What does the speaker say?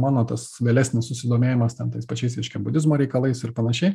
mano tas vėlesnis susidomėjimas ten tais pačiais reiškia budizmo reikalais ir panašiai